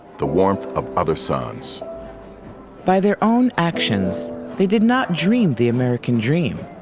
the warmth of other songs by their own actions they did not dream the american dream.